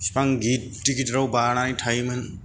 बिफां गिदिर गिदिराव बानानै थायोमोन